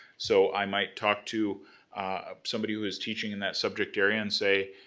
so i might talk to somebody who is teaching in that subject area and say,